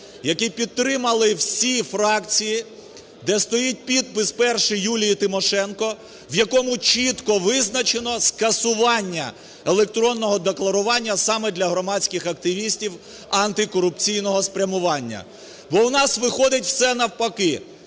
який підтримали всі фракції, де стоїть підпис перший Юлії Тимошенко, в якому чітко визначено скасування електронного декларування саме для громадських активістів антикорупційного спрямування. Бо у нас виходить все навпаки,